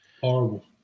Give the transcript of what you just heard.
Horrible